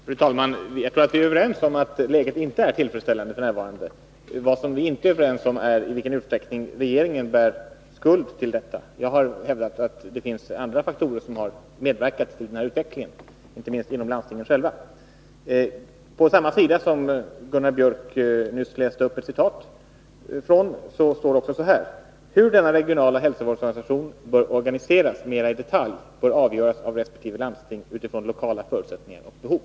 Fru talman! Jag tror att vi är överens om att läget f.n. inte är tillfredsställande. Vad vi inte är överens om är i vilken utsträckning regeringen bär skuld till detta. Jag har hävdat att det finns andra faktorer som har medverkat till den här utvecklingen, inte minst genom landstingen själva. På s. 132 i den aktuella propositionen — samma sida som Gunnar Biörck i Värmdö citerade från — står det också: ”Hur denna regionala hälsovårdsorganisation bör organiseras mera i detalj bör avgöras av respektive landsting utifrån lokala förutsättningar och behov.”